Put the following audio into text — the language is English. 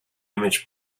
image